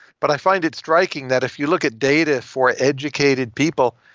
but i find it striking that if you look at data for educated people,